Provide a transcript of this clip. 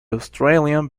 australian